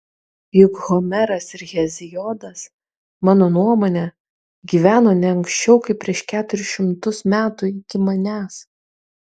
juk homeras ir heziodas mano nuomone gyveno ne anksčiau kaip prieš keturis šimtus metų iki manęs